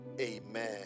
amen